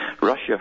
Russia